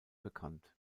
bekannt